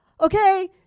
okay